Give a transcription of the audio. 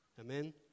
amen